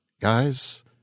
Guys